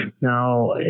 Now